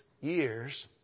years